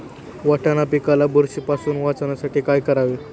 वाटाणा पिकाला बुरशीपासून वाचवण्यासाठी काय करावे?